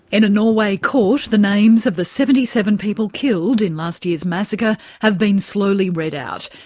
and a norway court the names of the seventy seven people killed in last year's massacre have been slowly read out.